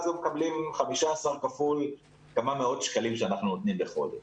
מקבלים 15 כפול כמה מאות שקלים שאנחנו נותנים בחודש,